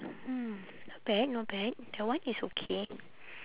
hmm not bad not bad that one is okay